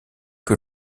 que